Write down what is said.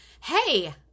Hey